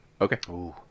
Okay